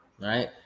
Right